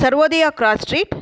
Sarvodaya cross street